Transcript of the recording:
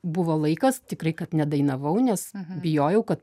buvo laikas tikrai kad nedainavau nes bijojau kad